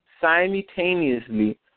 simultaneously